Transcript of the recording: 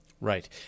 Right